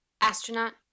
Astronaut